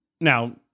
Now